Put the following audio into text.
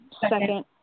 second